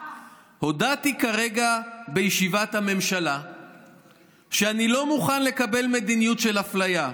הודעתי כרגע בישיבת הממשלה שאני לא מוכן לקבל מדיניות של אפליה.